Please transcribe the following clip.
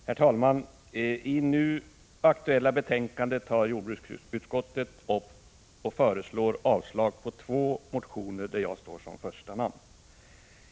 14 maj 1986 Herr talman! I det nu aktuella betänkandet har jordbruksutskottet 3 ri —— avstyrkt två motioner med mig som första namn.